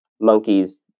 monkeys